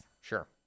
Sure